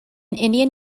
indian